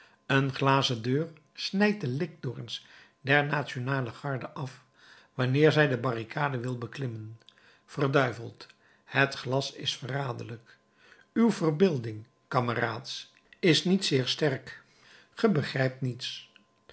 een glazen deur snijdt de likdoorns der nationale garde af wanneer zij de barricade wil beklimmen verduiveld het glas is verraderlijk uw verbeelding kameraads is niet zeer sterk ge begrijpt niets